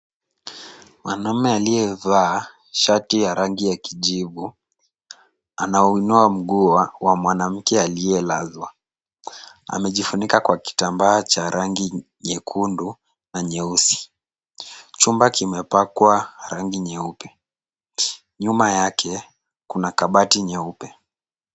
Wanaume aliyevaa shati ya rangi ya kijivu, anauinua mguu wa mwanamke aliyelazwa. Amejifunika kwa kitambaa cha rangi nyekundu na nyeusi. Chumba kimepakwa rangi nyeupe. Nyuma yake kuna kabati nyeupe.